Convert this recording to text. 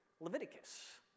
Leviticus